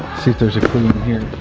see if there's a clue in here.